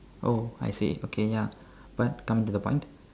oh I see okay ya but coming to the point